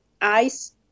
ICE